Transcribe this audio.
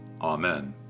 Amen